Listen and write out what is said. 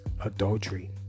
adultery